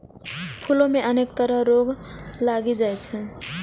फूलो मे अनेक तरह रोग लागि जाइ छै